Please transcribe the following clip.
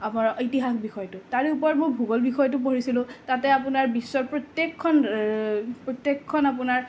আমাৰ ইতিহাস বিষয়টো তাৰে ওপৰত মোৰ ভূগোল বিষয়টো পঢ়িছিলোঁ তাতে আপোনাৰ বিশ্বৰ প্ৰত্যেকখন প্ৰত্যেকখন আপোনাৰ